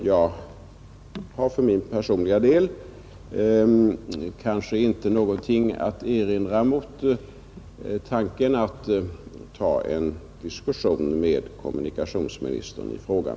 Jag har för min personliga del inte någonting att erinra mot tanken att ta upp en diskussion med kommunikationsministern i frågan.